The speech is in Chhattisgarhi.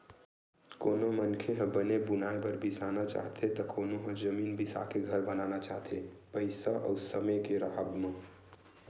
कोनो मनखे ह बने बुनाए घर बिसाना चाहथे त कोनो ह जमीन बिसाके घर बनाना चाहथे पइसा अउ समे के राहब म